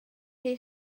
chi